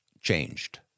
changed